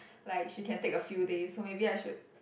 like she can take a few days so maybe I should